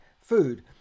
food